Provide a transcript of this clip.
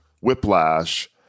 Whiplash